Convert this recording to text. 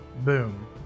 boom